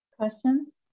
Questions